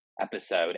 episode